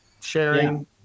sharing